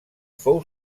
fou